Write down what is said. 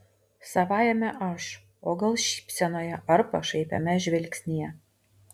savajame aš o gal šypsenoje ar pašaipiame žvilgsnyje